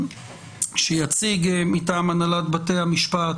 שיציג מטעם הנהלת בתי המשפט